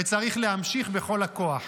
וצריך להמשיך בכל הכוח.